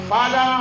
Father